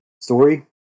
story